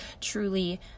truly